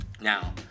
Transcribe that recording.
Now